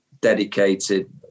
dedicated